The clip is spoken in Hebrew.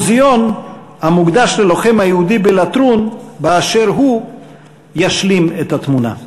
מוזיאון המוקדש ללוחם היהודי באשר הוא בלטרון ישלים את התמונה.